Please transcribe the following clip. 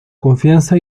confianza